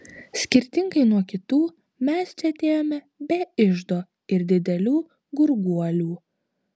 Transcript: skirtingai nuo kitų mes čia atėjome be iždo ir didelių gurguolių